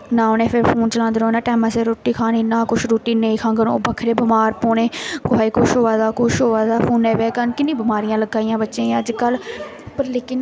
ना उ'नें फिर फोन चलांदे रौह्ना टैमा सिर रुट्टी खानी ना कुछ रुट्टी नेईं खाङन ओह् बक्खरे बमार पौने कुसै गी कुछ होआ दा कुछ होआ दा फोनै पै कन्न किन्नियां बमारियां लगादियां बच्चे गी अजकल्ल पर लेकिन